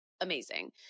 amazing